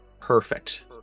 Perfect